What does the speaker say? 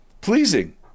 Pleasing